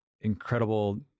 incredible